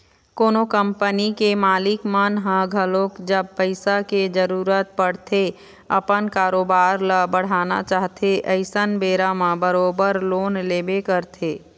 कोनो कंपनी के मालिक मन ह घलोक जब पइसा के जरुरत पड़थे अपन कारोबार ल बढ़ाना चाहथे अइसन बेरा म बरोबर लोन लेबे करथे